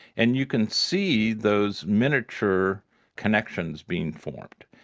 and you can see those miniature connections being formed.